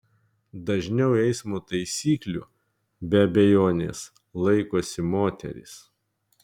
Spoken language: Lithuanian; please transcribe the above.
dažniau eismo taisyklių be abejonės laikosi moterys